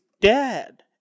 dad